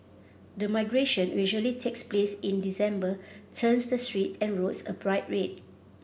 the migration usually takes place in December turns the streets and roads a bright red